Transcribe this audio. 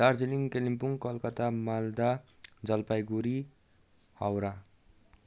Darjeeling Kalimpong Kolkata Malda Jalpaiguri Howrah